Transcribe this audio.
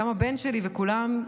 גם הבן שלי וכולם,